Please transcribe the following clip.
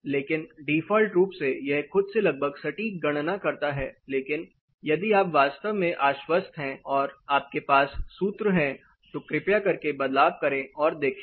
लेकिन डिफ़ॉल्ट रूप से यह खुद से लगभग सटीक गणना करता है लेकिन यदि आप वास्तव में आश्वस्त हैं और आपके पास सूत्र हैं तो कृपया करके बदलाव करें और देखें